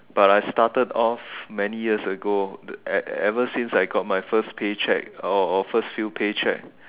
but I started off many years ago the e~ ever since I got my first paycheck or or first few paycheck